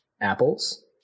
Apples